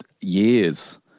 years